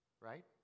Right